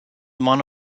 one